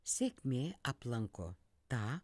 sėkmė aplanko tą